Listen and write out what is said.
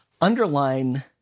Underline